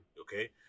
Okay